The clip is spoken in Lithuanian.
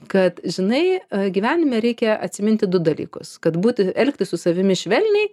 kad žinai gyvenime reikia atsiminti du dalykus kad būti elgtis su savimi švelniai